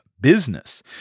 business